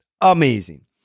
Amazing